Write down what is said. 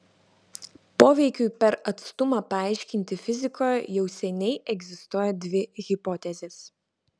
poveikiui per atstumą paaiškinti fizikoje jau seniai egzistuoja dvi hipotezės